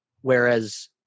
whereas